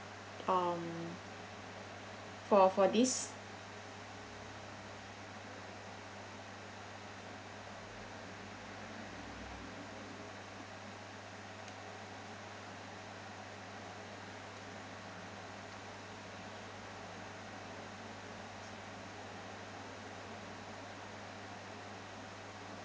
um for for this